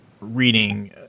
reading